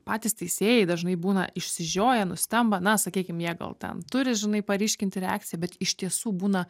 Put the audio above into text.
patys teisėjai dažnai būna išsižioja nustemba na sakykim jie gal ten turi žinai paryškinti reakciją bet iš tiesų būna